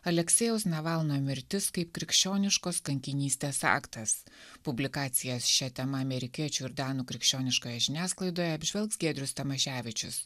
aleksejaus navalno mirtis kaip krikščioniškos kankinystės aktas publikacijas šia tema amerikiečių ir danų krikščioniškoje žiniasklaidoje apžvelgs giedrius tamaševičius